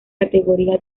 categoría